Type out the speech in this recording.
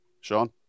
Sean